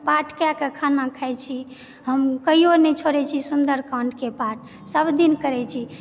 पाठ कएकऽ खाना खाइ छी हम कहिओ नहि छोड़ैत छी सुन्दरकाण्डके पाठ सभ दिन करैत छी